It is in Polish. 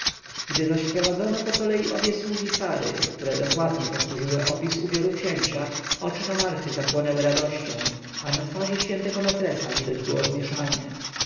zaś wprowadzono pokolei obie sługi sary które dokładnie powtórzyły opis ubioru księcia oczy nomarchy zapłonęły radością a na twarzy świętego mefresa